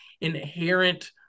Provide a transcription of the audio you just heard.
inherent